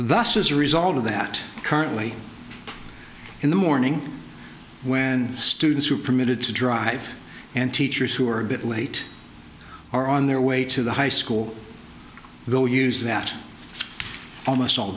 thus as a result of that currently in the morning when students who are permitted to drive and teachers who are a bit late are on their way to the high school we'll use that almost all